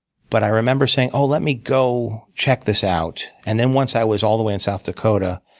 but i remember saying, oh, let me go check this out. and then once i was all the way in south dakota,